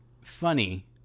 funny